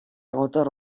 gotor